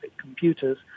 computers